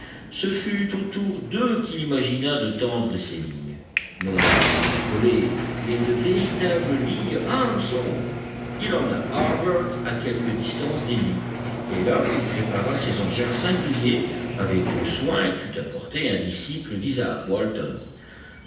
ce fut autour d'eux qu'il imagina de tendre ses lignes non des lignes à collets mais de véritables lignes à hameçon il emmena harbert à quelque distance des nids et là il prépara ses engins singuliers avec le soin qu'eût apporté un disciple d'isaac walton